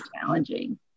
challenging